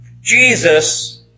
Jesus